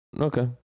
Okay